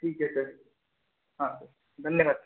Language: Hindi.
ठीक है सर हाँ सर धन्यवाद सर